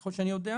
ככל שאני יודע.